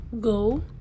go